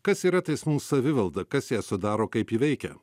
kas yra teismų savivalda kas ją sudaro kaip ji veikia